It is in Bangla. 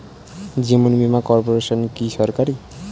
জীবন বীমা কর্পোরেশন কি সরকারি?